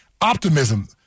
optimism